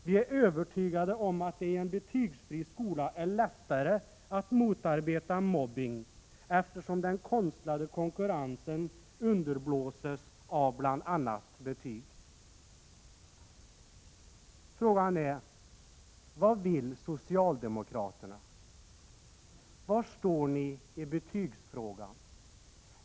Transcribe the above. Vi är övertygade om att det i en betygsfri skola är lättare att motarbeta mobbning, eftersom den konstlade konkurrensen underblåses av bl.a. betyg. Frågan är: Vad vill socialdemokraterna? Var står ni i betygsfrågan?